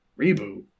Reboot